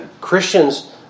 Christians